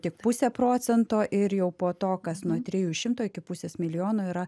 tik pusė procento ir jau po to kas nuo trijų šimtų iki pusės milijono yra